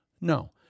No